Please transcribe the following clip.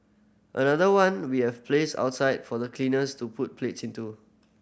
another one we have placed outside for the cleaners to put plates into